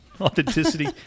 authenticity